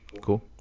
Cool